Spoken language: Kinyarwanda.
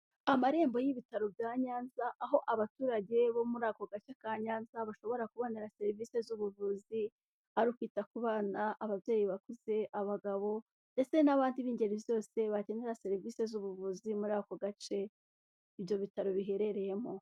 Amarembo y'ibitaro bya Nyanza aho abaturage bo muri ako gace ka Nyanza bashobora kubonera serivisi z'ubuvuzi ari ukwita ku bana, ababyeyi bakuze, abagabo ndetse n'abandi b'ingeri zose bakenera serivisi z'ubuvuzi muri ako gace ibyo bitaro biherereyemo.